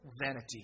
vanity